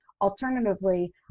alternatively